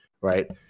right